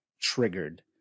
triggered